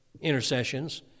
intercessions